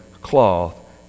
cloth